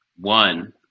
one